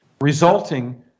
resulting